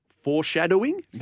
foreshadowing